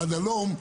הלום,